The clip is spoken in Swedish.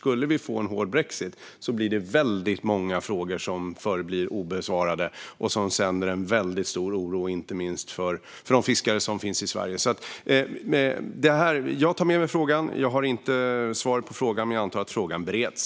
Skulle vi få en hård brexit blir det väldigt många frågor som förblir obesvarade och som sänder en mycket stor oro inte minst till de fiskare som finns i Sverige. Jag tar med mig frågan. Jag har inte något svar på den. Men jag antar att frågan bereds.